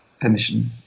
permission